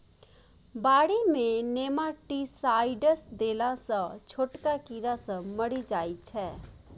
बारी मे नेमाटीसाइडस देला सँ छोटका कीड़ा सब मरि जाइ छै